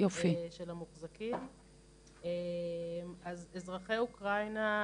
של המוחזקים, אז אזרחי אוקראינה,